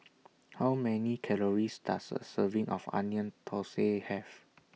How Many Calories Does A Serving of Onion Thosai Have